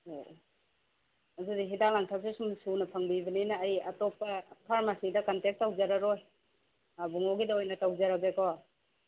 ꯑꯣ ꯑꯣ ꯑꯗꯨꯗꯤ ꯍꯤꯗꯥꯛ ꯂꯥꯡꯊꯛꯁꯦ ꯁꯨꯝ ꯁꯨꯅ ꯐꯪꯕꯤꯕꯅꯤꯅ ꯑꯩ ꯑꯇꯣꯞꯄ ꯐꯥꯔꯃꯥꯁꯤꯗ ꯀꯟꯇꯦꯛ ꯇꯧꯖꯔꯔꯣꯏ ꯑꯕꯨꯡꯉꯣꯒꯤꯗ ꯑꯣꯏꯅ ꯇꯧꯖꯔꯒꯦꯀꯣ